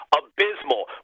abysmal